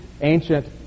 ancient